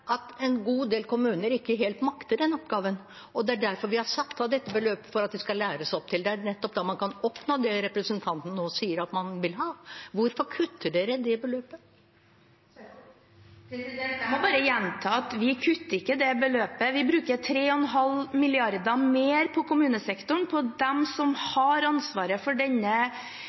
derfor vi har satt av dette beløpet – for at de skal læres opp til det. Det er nettopp da man kan oppnå det representanten nå sier at man vil ha. Hvorfor kutter Arbeiderpartiet det beløpet? Jeg må bare gjenta at vi kutter ikke det beløpet. Vi bruker 3,5 mrd. kr mer på kommunesektoren, på dem som har ansvaret for denne